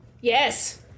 Yes